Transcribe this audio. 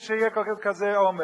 שיהיה כזה עומס.